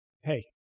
hey